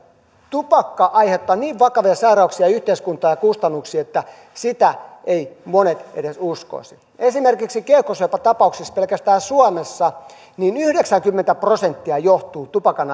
tupakka aiheuttaa niin vakavia sairauksia ja yhteiskunnan kustannuksia että sitä eivät monet edes uskoisi esimerkiksi keuhkosyöpätapauksista pelkästään suomessa yhdeksänkymmentä prosenttia johtuu tupakan